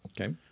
Okay